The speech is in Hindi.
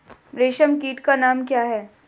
रेशम कीट का नाम क्या है?